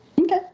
Okay